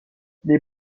les